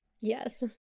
Yes